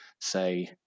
say